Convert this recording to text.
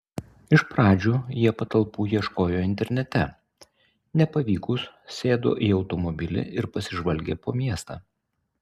iš pradžių jie patalpų ieškojo internete nepavykus sėdo į automobilį ir pasižvalgė po miestą